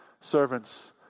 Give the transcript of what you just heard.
servants